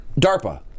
DARPA